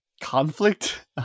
conflict